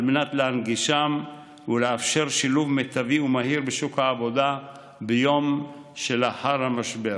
על מנת להנגישן ולאפשר שילוב מיטבי ומהיר בשוק העבודה ביום שלאחר המשבר.